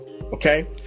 okay